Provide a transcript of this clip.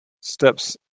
steps